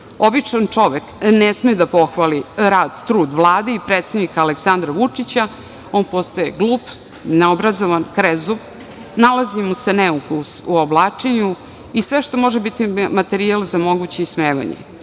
čovek ne sme da pohvali rad, trud Vlade i predsednika Aleksandra Vučića, jer on postaje glup, neobrazovan, krezub, nalazi mu se neukus u oblačenju i sve što može biti materijal za moguće ismevanje,